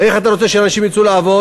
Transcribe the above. איך אתה רוצה שאנשים יצאו לעבוד?